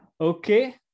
okay